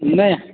नहि